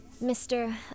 Mr